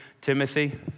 Timothy